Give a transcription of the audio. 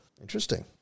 Interesting